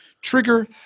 Trigger